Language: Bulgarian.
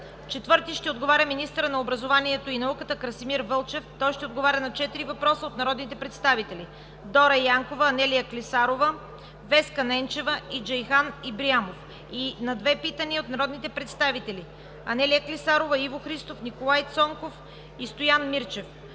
и Владимир Вълев. 4. Министърът на образованието и науката Красимир Вълчев ще отговори на четири въпроса от народните представители Дора Янкова; Анелия Клисарова; Веска Ненчева; Джейхан Ибрямов и на две питания от народните представители Анелия Клисарова, Иво Христов, Николай Цонков и Стоян Мирчев;